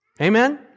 Amen